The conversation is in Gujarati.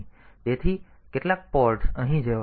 તેથી કેટલાક પોર્ટ્સ અહીં જેવા છે